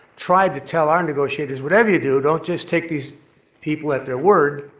tried to tell our negotiators, whatever you do, don't just take these people at their word,